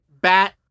bat